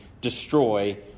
destroy